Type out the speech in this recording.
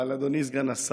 תודה, אדוני.